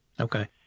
Okay